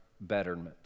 betterment